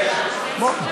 בוא.